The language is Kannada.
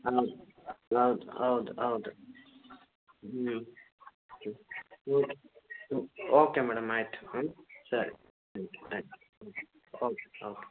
ಹೌದ್ ಹೌದ್ ಹೌದ್ ಹೌದು ಹ್ಞೂ ಹ್ಞೂ ಹ್ಞೂ ಓಕೆ ಮೇಡಮ್ ಆಯಿತು ಹ್ಞೂ ಸರಿ ಹ್ಞು ಆಯ್ತು ಹ್ಞೂ ಓಕೆ ಓಕೆ